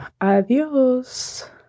Adios